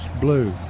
blue